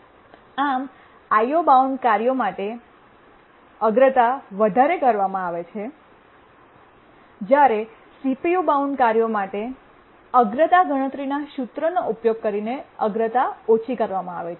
આમ I O bound કાર્યો માટે અગ્રતા વધારે કરવામાં આવે છે જ્યારે CPU બાઉન્ડ કાર્યો માટે અગ્રતા ગણતરીના સૂત્રનો ઉપયોગ કરીને અગ્રતા ઓછી કરવામાં આવે છે